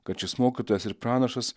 kad šis mokytojas ir pranašas